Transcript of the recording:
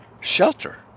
shelter